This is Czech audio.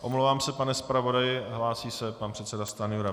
Omlouvám se, pane zpravodaji, hlásí se pan předseda Stanjura.